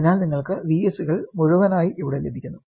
അതിനാൽ നിങ്ങൾക്ക് Vs കൾ മുഴുവനായും ഇവിടെ ലഭിക്കുന്നു